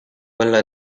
quella